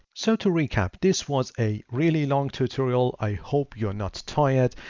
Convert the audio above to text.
so to recap, this was a really long tutorial, i hope you're not tired.